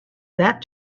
that